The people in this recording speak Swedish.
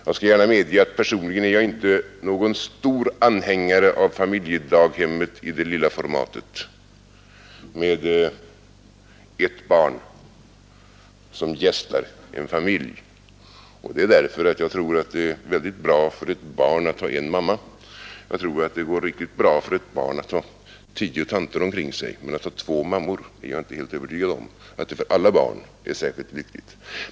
Jag skall gärna medge att personligen är jag inte någon stor anhängare av familjedaghemmen i det lilla formatet med ett barn som gästar en familj. Det är väldigt bra för ett barn att ha en mamma, och jag tror att det går riktigt bra för ett barn att ha tio tanter omkring sig, men att ha två mammor tror jag inte för alla barn är särskilt lyckligt.